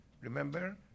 remember